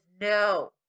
no